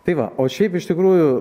tai va o šiaip iš tikrųjų